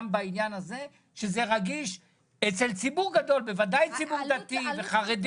בעניין הרגיש הזה של ארץ מוצא אצל ציבור שהוא דתי וחרדי?